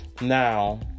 Now